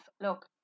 look